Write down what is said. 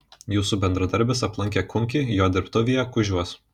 jūsų bendradarbis aplankė kunkį jo dirbtuvėje kužiuos